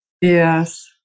Yes